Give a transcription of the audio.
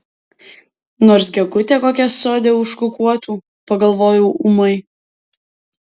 nors gegutė kokia sode užkukuotų pagalvojau ūmai